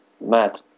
mad